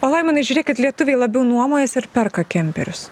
o laimonai žiūrėkit lietuviai labiau nuomojasi ar perka kemperius